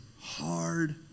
hard